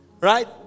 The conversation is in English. Right